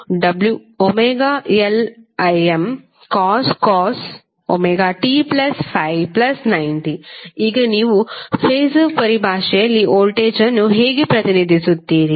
vωLImcos ωt∅90 ಈಗ ನೀವು ಫಾಸರ್ ಪರಿಭಾಷೆಯಲ್ಲಿ ವೋಲ್ಟೇಜ್ ಅನ್ನು ಹೇಗೆ ಪ್ರತಿನಿಧಿಸುತ್ತೀರಿ